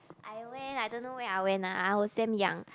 I went I don't know where I went lah I was damn young